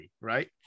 right